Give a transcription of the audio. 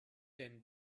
denn